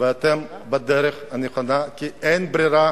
ואתם בדרך הנכונה, כי אין ברירה.